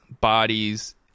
bodies